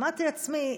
אמרתי לעצמי,